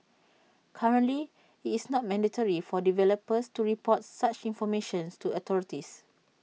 currently IT is not mandatory for developers to report such information to authorities